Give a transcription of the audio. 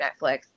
Netflix